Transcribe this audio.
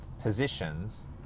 positions